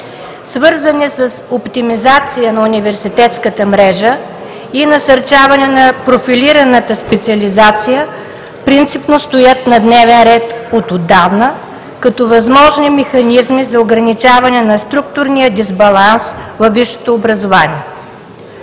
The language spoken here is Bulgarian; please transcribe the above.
свързани с оптимизация на университетската мрежа и насърчаване на профилираната специализация, принципно стоят на дневен ред от отдавна като възможни механизми за ограничаване на структурния дисбаланс във висшето образование.